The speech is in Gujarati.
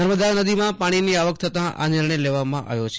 નર્મદા નદીમાં પાણીની આવક થતાં આ નિર્ણય લેવામાં આવ્યો છે